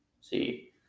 see